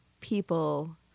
people